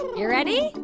you ready?